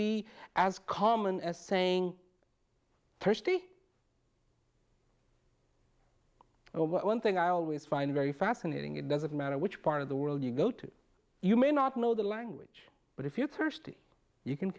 be as common as saying thirsty oh but one thing i always find very fascinating it doesn't matter which part of the world you go to you may not know the language but if you personally you can